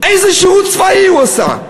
איזה שירות צבאי הוא עשה?